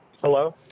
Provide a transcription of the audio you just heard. Hello